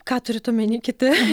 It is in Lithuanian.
ką turit omeny kiti